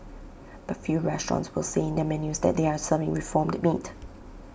but few restaurants will say in their menus that they are serving reformed meat